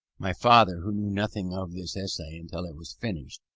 my father, who knew nothing of this essay until it was finished,